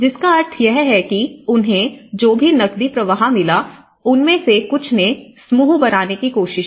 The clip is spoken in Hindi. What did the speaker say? जिसका अर्थ है कि उन्हें जो भी नकदी प्रवाह मिला उनमें से कुछ ने समूह बनाने की कोशिश की